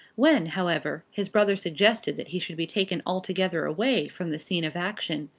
when, however, his brother suggested that he should be taken altogether away from the scene of action,